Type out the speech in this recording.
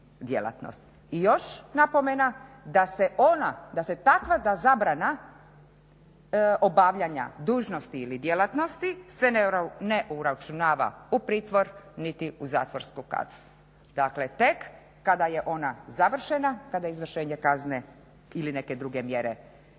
I još napomena da se ona, da se takva zabrana obavljanja dužnosti ili djelatnosti se ne uračunava u pritvor niti u zatvorsku kaznu. Dakle, tek kada je ona završena, kada je izvršenje kazne ili neke druge mjere